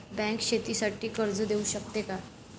Bank शेतीसाठी कर्ज देऊ शकते का?